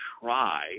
try